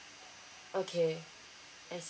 okay I